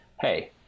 hey